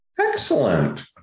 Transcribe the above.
Excellent